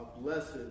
blessed